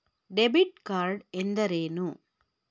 Debit card ಎಂದರೇನು?